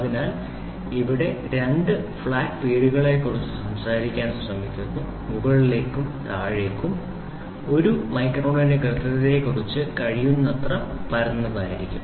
അതിനാൽ ഇവിടെ ൾ രണ്ട് ഫ്ലാറ്റ് പേരുകളെക്കുറിച്ച് സംസാരിക്കാൻ ശ്രമിക്കുന്നു മുകളിലേക്കും താഴേക്കും ഒരു മൈക്രോണിന്റെ കൃത്യതയെക്കുറിച്ച് കഴിയുന്നത്ര പരന്നതായിരിക്കണം